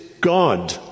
God